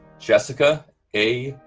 jessica a.